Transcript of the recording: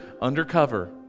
undercover